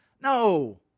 No